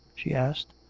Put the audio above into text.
she asked.